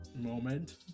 moment